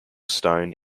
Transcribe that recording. stone